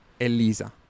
Elisa